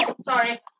sorry